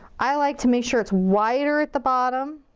i like to make sure it's wider at the bottom.